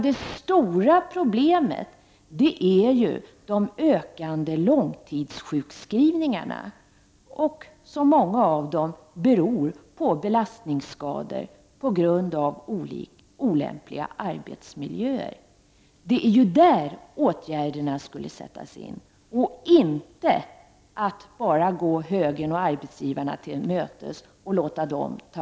Det stora problemet är i stället de ökande långtidssjukskrivningarna, av vilka många beror på belastningsskador som uppkommer på grund av olämpliga arbetsmiljöer. Det är på detta område regeringen skulle sätta in åtgärder i stället för att bara gå högern och arbetsgivarna till mötes och låta dem ta